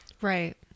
Right